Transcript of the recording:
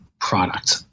product